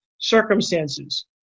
circumstances